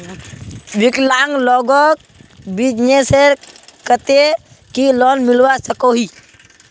विकलांग लोगोक बिजनेसर केते की लोन मिलवा सकोहो?